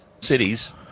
cities